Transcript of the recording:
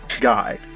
guide